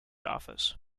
office